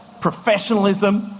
professionalism